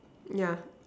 yeah